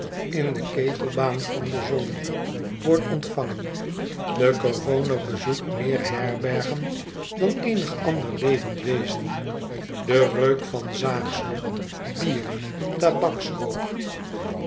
in de kegelbaan van de zon wordt ontvangen de c o r o n e r bezoekt meer herbergen dan eenig ander levend wezen de reuk van zaagsel bier